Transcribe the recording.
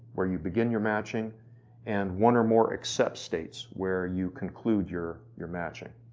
where you begin your matching and one or more except states where you conclude your your matching.